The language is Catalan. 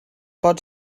pot